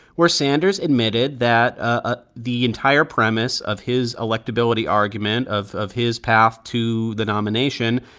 where sanders admitted that ah the entire premise of his electability argument, of of his path to the nomination,